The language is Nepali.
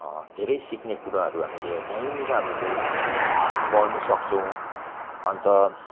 धेरै सिक्ने कुराहरू हामीले त्यहीँनिर हामीले पढ्नुसक्छौँ अन्त